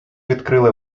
відкрили